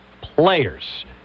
players